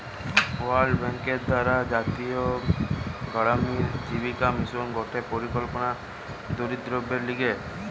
world Bank দ্বারা জাতীয় গড়ামিন জীবিকা মিশন গটে পরিকল্পনা দরিদ্রদের লিগে